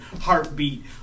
heartbeat